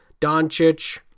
Doncic